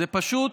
זה פשוט,